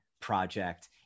project